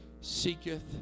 seeketh